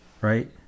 Right